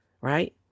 Right